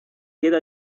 queda